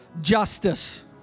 justice